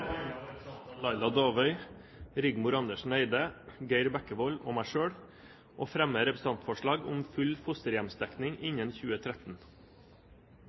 Rigmor Andersen Eide, Geir Jørgen Bekkevold og meg selv å fremme et representantforslag om full fosterhjemsdekning innen 2013.